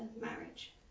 marriage